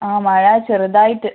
ആ മഴ ചെറുതായിട്ട്